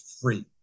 free